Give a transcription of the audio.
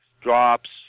drops